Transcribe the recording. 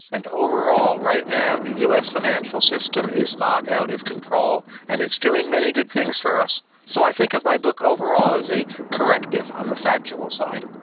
and overall, right now, the us financial system is not out of control and it's doing many good things for us. so i think of my book overall as a corrective on the factual side.